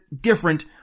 different